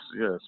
yes